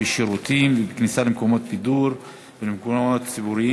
בשירותים ובכניסה למקומות בידור ולמקומות ציבוריים